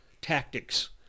tactics